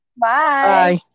Bye